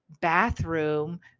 bathroom